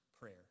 prayer